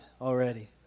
already